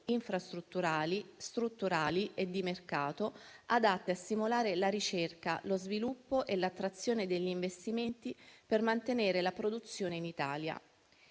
infrastrutturali, strutturali e di mercato adatte a stimolare la ricerca, lo sviluppo e l'attrazione degli investimenti per mantenere la produzione in Italia.